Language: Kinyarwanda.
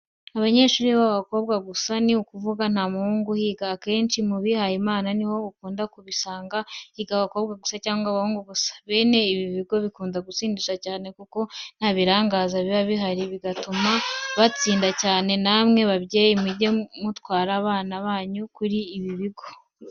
Abanyeshuri b'abakobwa gusa ni ukuvuga nta muhungu uhiga, akenshi mubihayimana ni ho ukunda kubisanga higa abakobwa gusa cyangwa abahungu gusa, bene ibi bigo bikunda gutsindisha cyane kuko ntabibarangaza biba bihari bigatuma batsinda cyane, namwe babyeyi mujye mutwara abana banyu kuri ibi bigo.